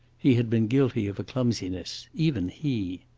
he had been guilty of a clumsiness even he.